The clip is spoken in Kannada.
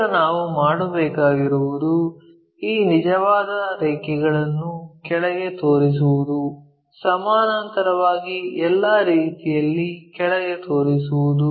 ಈಗ ನಾವು ಮಾಡಬೇಕಾಗಿರುವುದು ಈ ನಿಜವಾದ ರೇಖೆಗಳನ್ನು ಕೆಳಗೆ ತೋರಿಸುವುದು ಸಮಾನಾಂತರವಾಗಿ ಎಲ್ಲಾ ರೀತಿಯಲ್ಲಿ ಕೆಳಗೆ ತೋರಿಸುವುದು